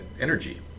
energy